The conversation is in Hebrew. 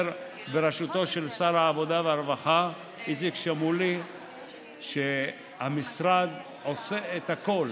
בראשותו של שר העבודה והרווחה איציק שמולי המשרד עושה את הכול